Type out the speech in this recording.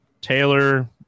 Taylor